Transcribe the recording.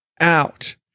out